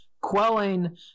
quelling